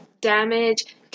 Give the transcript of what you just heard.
damage